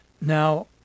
Now